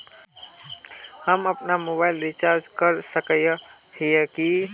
हम अपना mobile recharge कर सकय हिये की?